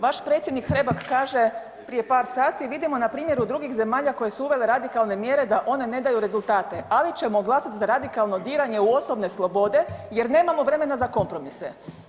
Vaš predsjednik Hrbak kaže prije par sati vidimo na primjeru drugih zemalja koje su uvele radikalne mjere da one ne daju rezultate, ali ćemo glasati za radikalno diranje u osobne slobode jer nemamo vremena za kompromise.